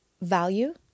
Value